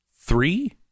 three